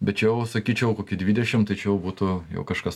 bet čia jau sakyčiau kokį dvidešim tai čia jau būtų kažkas